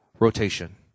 Rotation